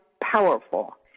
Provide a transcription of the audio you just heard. powerful